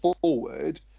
forward